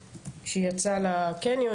כשהיא יצאה לקניון,